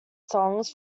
songs